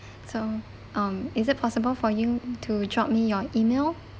so um is it possible for you to drop me your email